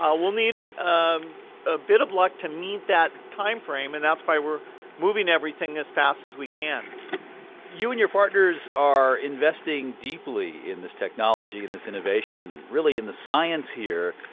we'll need um a bit of luck to meet that time frame, and that's why we're moving everything as fast as we can you and your partners are investing deeply in this technology and this innovation, really in the science here.